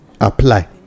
apply